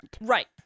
Right